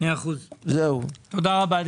תודה רבה.